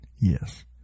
Yes